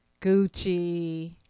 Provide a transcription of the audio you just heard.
Gucci